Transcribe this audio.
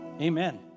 amen